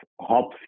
hop